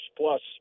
plus